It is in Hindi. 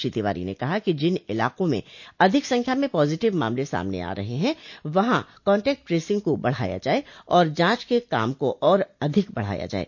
श्री तिवारी ने कहा कि जिन इलाकों में अधिक संख्या में पॉजिटिव मामले सामने आ रहे हं वहां कांटेक्ट ट्रेसिंग को बढ़ाया जाये और जांच के काम को और अधिक बढ़ाया जाये